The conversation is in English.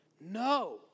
No